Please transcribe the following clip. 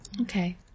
okay